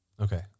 Okay